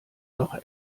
doch